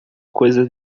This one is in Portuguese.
coisa